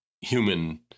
human